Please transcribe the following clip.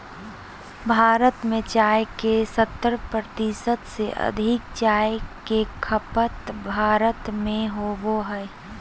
भारत में चाय के सत्तर प्रतिशत से अधिक चाय के खपत भारत में होबो हइ